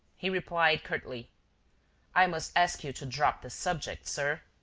he replied curtly i must ask you to drop the subject, sir.